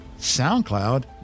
SoundCloud